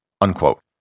unquote